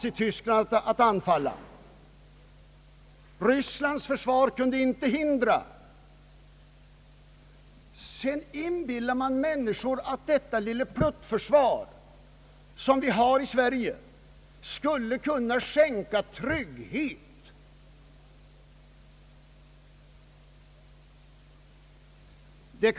Englands försvar och Rysslands försvar kunde inte hindra Nazityskland att anfalla. Sedan inbillar man människor att det lilleputtförsvar som vi har i Sverige skall kunna skänka trygghet!